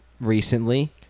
recently